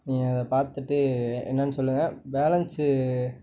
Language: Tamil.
நீங்கள் அதை பார்த்துட்டு என்னன்னு சொல்லுங்க பேலன்ஸு